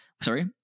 sorry